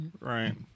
right